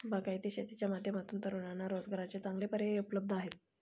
बागायती शेतीच्या माध्यमातून तरुणांना रोजगाराचे चांगले पर्याय उपलब्ध होत आहेत